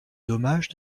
dommage